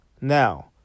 Now